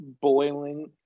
boiling